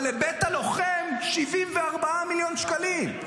אבל לבית הלוחם 74 מיליון שקלים,